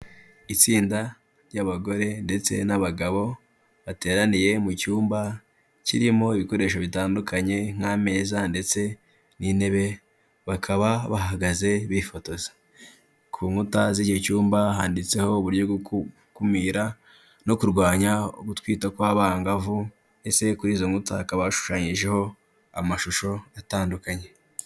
Itsinda ry'abagore ndetse n'abagabo bateraniye mu cyumba kirimo ibikoresho bitandukanye nk'ameza ndetse n'intebe bakaba bahagaze bifotoza. Ku nkuta z'icyo cyumba handitseho uburyo bwo gukumira no kurwanya ugutwita kw'abangavu, mbese kuri izo nkuta hakaba hashushanyijeho amashusho atandukanye.